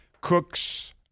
cooks